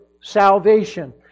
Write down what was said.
salvation